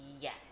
Yes